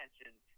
attention